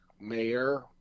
mayor